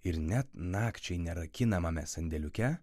ir net nakčiai nerakinamame sandėliuke